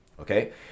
Okay